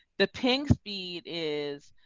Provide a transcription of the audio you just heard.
the pink speed is